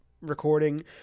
recording